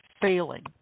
failing